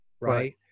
Right